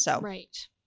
Right